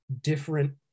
different